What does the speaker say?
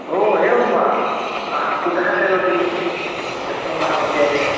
ओ एवं वा अह कुतः करोति तस्मिन् महाविद्यालये